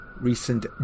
recent